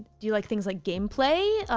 do you like things like game play?